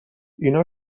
اینا